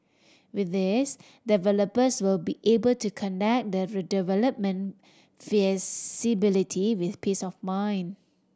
with this developers will be able to conduct the redevelopment feasibility with peace of mind